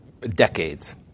decades